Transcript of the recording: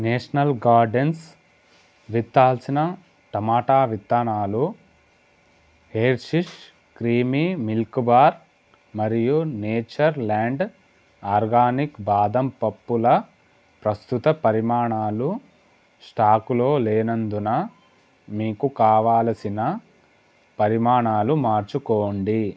national gardens విత్తాల్సిన టమాటా విత్తనాలు హెర్షీస్ క్రీమీ మిల్క్ బార్ మరియు నేచర్ ల్యాండ్ ఆర్గానిక్ బాదం పప్పుల ప్రస్తుత పరిమాణాలు స్టాకులో లేనందున మీకు కావాలసిన పరిమాణాలు మార్చుకోండి